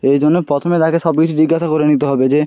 এই জন্যে প্রথমে তাকে সব কিছু জিজ্ঞাসা করে নিতে হবে যে